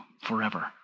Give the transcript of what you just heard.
forever